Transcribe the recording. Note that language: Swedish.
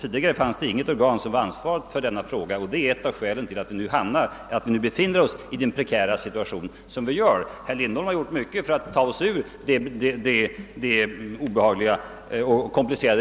Tidigare fanns det inget organ som var ansvarigt för saken, och det är en av orsakerna till att vi nu befinner oss i den här pre-. kära situationen. Herr Lindholm har gjort mycket för att hjälpa oss.